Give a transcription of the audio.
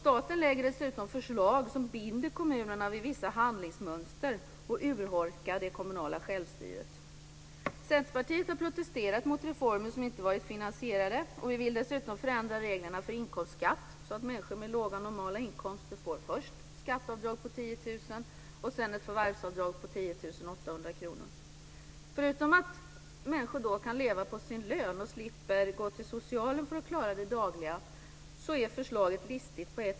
Staten lägger dessutom fram förslag som binder kommunerna vid vissa handlingsmönster och urholkar det kommunala självstyret. Centerpartiet har protesterat mot reformer som inte har varit finansierade.